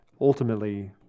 ultimately